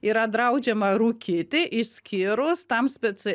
yra draudžiama rūkyti išskyrus tam speci